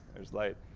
there's light,